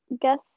guess